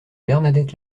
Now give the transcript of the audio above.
bernadette